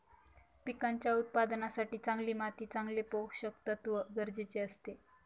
पिकांच्या उत्पादनासाठी चांगली माती चांगले पोषकतत्व गरजेचे असते